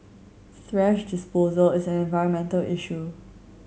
thrash disposal is an environmental issue